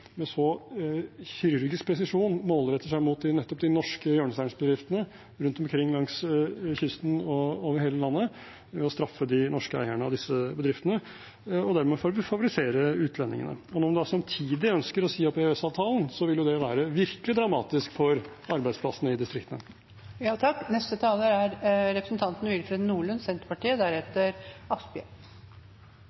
kirurgisk presisjon målretter seg mot nettopp de norske hjørnesteinsbedriftene rundt omkring langs kysten og over hele landet ved å straffe de norske eierne av disse bedriftene og dermed favorisere utlendingene. Når man da samtidig ønsker å si opp EØS-avtalen, ville det være virkelig dramatisk for arbeidsplassene i distriktene.